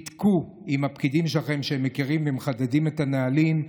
בדקו עם הפקידים שלכם שהם מכירים ומחדדים את הנהלים,